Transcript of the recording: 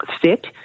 fit